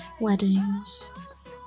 Weddings